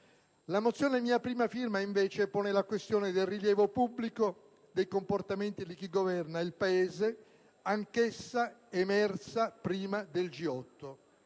La mozione a mia prima firma, invece, pone la questione del rilievo pubblico dei comportamenti di chi governa il Paese, anch'essa emersa prima del G8.